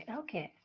okay